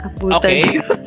Okay